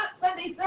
Sunday